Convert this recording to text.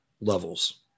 levels